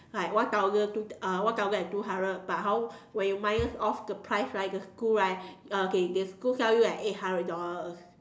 like one thousand two uh one thousand and two hundred but hor when you minus off the price right the school right okay the school sell you at eight hundred dollars